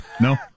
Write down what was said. No